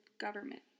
government